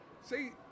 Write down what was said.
See